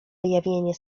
wyjawienie